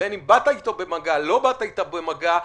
בין אם באת אתו במגע, לא באת אתו במגע,